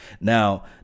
now